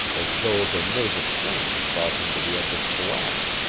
as though the nervous strain had brought him to the edge of collapse.